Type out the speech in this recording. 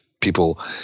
people